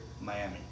miami